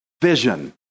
vision